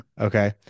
Okay